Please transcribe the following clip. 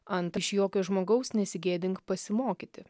ant aš jokio žmogaus nesigėdink pasimokyti